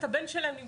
עכשיו אנחנו מתחילים,